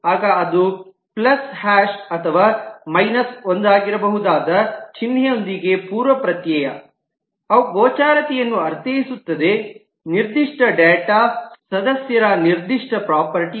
ಆಗ ಅದು plus hash ಅಥವಾ ಮೈನಸ್ ಒಂದಾಗಿರಬಹುದಾದ ಚಿಹ್ನೆಯೊಂದಿಗೆ ಪೂರ್ವಪ್ರತ್ಯಯ ಅವು ಗೋಚರತೆಯನ್ನು ಅರ್ಥೈಸುತ್ತವೆ ನಿರ್ದಿಷ್ಟ ಡೇಟಾ ಸದಸ್ಯರ ನಿರ್ದಿಷ್ಟ ಪ್ರಾಪರ್ಟೀ